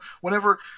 whenever